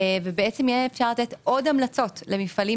ואפשר יהיה לתת עוד המלצות למפעלים